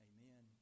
Amen